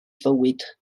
fywyd